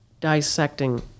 dissecting